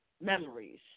memories